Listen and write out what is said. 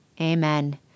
amen